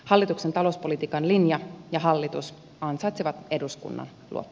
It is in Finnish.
hallituksen talouspolitiikan linja ja hallitus ansaitsevat eduskunnan o